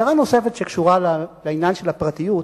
הערה נוספת שקשורה לעניין של הפרטיות: